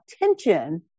attention